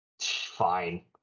Fine